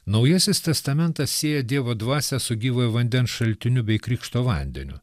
naujasis testamentas sieja dievo dvasią su gyvojo vandens šaltiniu bei krikšto vandeniu